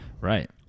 Right